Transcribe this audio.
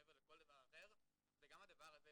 מעבר לכל דבר אחר, זה גם הדבר הזה.